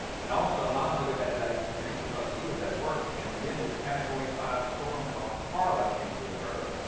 and also my mother had a bad experience because he was at work and then this category five storm called carla came through her,